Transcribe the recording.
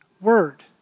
word